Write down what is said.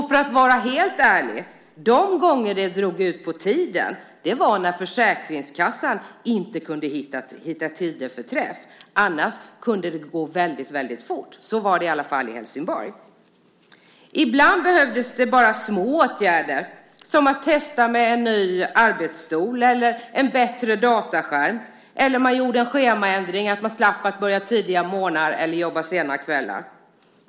För att vara helt ärlig kan jag säga att de gånger som det drog ut på tiden var när Försäkringskassan inte kunde hitta tider för träff. Annars kunde det gå väldigt fort. Så var det i alla fall i Helsingborg. Ibland behövdes det bara små åtgärder, som att testa med en ny arbetsstol eller en bättre dataskärm, att göra en schemaändring så att man slapp börja tidiga morgnar eller jobba sena kvällar.